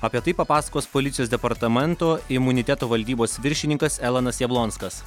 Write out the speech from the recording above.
apie tai papasakos policijos departamento imuniteto valdybos viršininkas elonas jablonskas